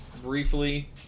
Briefly